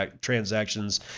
transactions